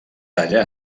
talla